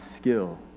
skill